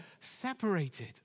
separated